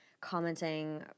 commenting